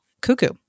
cuckoo